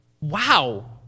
Wow